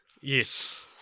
Yes